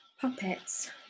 puppets